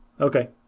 Okay